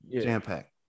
Jam-packed